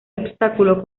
obstáculo